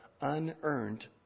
unearned